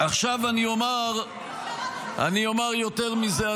עכשיו אני אומר יותר מזה,